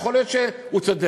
יכול להיות שהוא צודק.